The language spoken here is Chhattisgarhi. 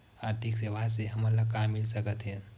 आर्थिक सेवाएं से हमन ला का मिल सकत हे?